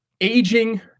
aging